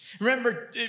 Remember